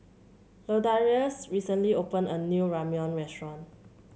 Ladarius recently opened a new Ramyeon restaurant